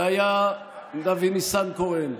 והיה אבי ניסנקורן,